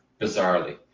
bizarrely